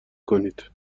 کنید